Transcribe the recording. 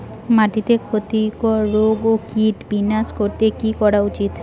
মাটিতে ক্ষতি কর রোগ ও কীট বিনাশ করতে কি করা উচিৎ?